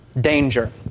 danger